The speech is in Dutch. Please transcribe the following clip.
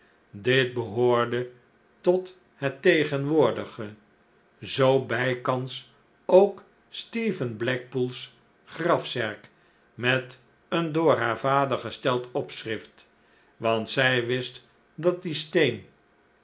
dit behoorde tot het tegenwoordige zoo bijkans ook stephen blackpool's grafzerk met een door haar vader gesteld opschrift want zij wist dat die steen